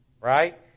right